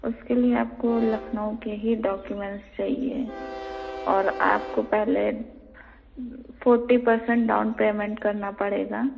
اُس کے لیے آپ کو لکھنؤ کے ہی ڈاکیومینٹس چاہیے اور آپ کو پہلے فورٹی پرسینٹ ڈاؤن پیمینٹ کرنا پڑے گا